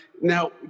now